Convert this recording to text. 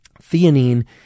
Theanine